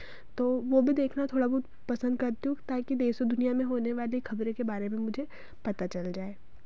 तो वो भी देखना थोड़ा बहुत पसंद करती हूँ ताकि देश और दुनिया में होने वाली खबरों के बारे में मुझे पता चल जाए